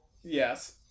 Yes